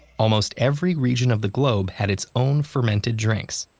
almost every region of the globe had its own fermented drinks.